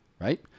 right